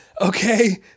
Okay